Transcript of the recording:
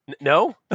No